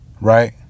Right